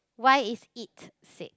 why is it sick